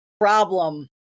problem